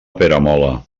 peramola